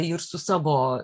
ir su savo